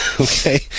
okay